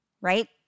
right